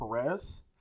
Perez